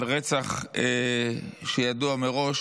על רצח שידוע מראש,